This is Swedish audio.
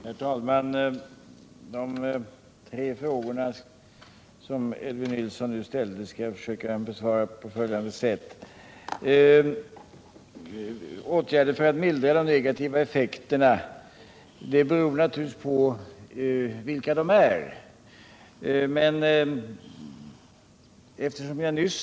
Herr talman! De tre frågor som Elvy Nilsson ställde skall jag försöka besvara på följande sätt: De åtgärder som kan sättas in för att mildra de negativa effekterna sammanhänger naturligtvis med vilka dessa effekter är.